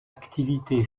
activité